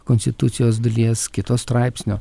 konstitucijos dalies kito straipsnio